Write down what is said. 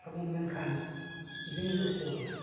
ᱵᱚᱱ ᱢᱮᱱᱠᱷᱟᱱ ᱡᱩᱢᱤᱫᱚᱜ ᱦᱩᱭ ᱟᱵᱚᱱᱟ